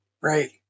right